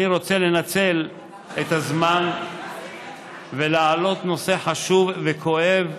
אני רוצה לנצל את הזמן ולהעלות נושא חשוב וכואב,